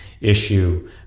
issue